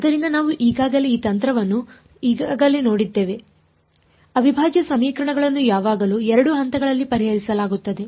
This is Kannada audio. ಆದ್ದರಿಂದ ನಾವು ಈಗಾಗಲೇ ಈ ತಂತ್ರವನ್ನು ಈಗಾಗಲೇ ನೋಡಿದ್ದೇವೆ ಅವಿಭಾಜ್ಯ ಸಮೀಕರಣಗಳನ್ನು ಯಾವಾಗಲೂ 2 ಹಂತಗಳಲ್ಲಿ ಪರಿಹರಿಸಲಾಗುತ್ತದೆ